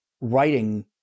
writing